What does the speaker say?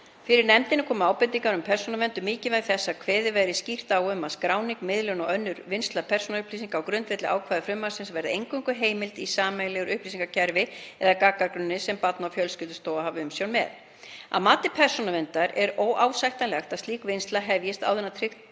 Fyrir nefndinni komu fram ábendingar frá Persónuvernd um mikilvægi þess að kveðið verði skýrt á um það að skráning, miðlun og önnur vinnsla persónuupplýsinga á grundvelli ákvæða frumvarpsins verði eingöngu heimil í sameiginlegu upplýsingakerfi eða gagnagrunni sem Barna- og fjölskyldustofa hafi umsjón með. Að mati Persónuverndar er óásættanlegt að slík vinnsla hefjist áður en tryggt